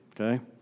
okay